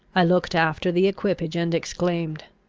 i looked after the equipage, and exclaimed,